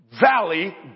Valley